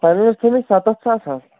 تَمہِ وز چھِ دِنۍ سَتَتھ ساس حظ